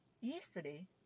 yesterday